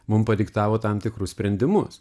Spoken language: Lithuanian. mum padiktavo tam tikrus sprendimus